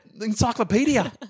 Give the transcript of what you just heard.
encyclopedia